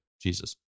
Jesus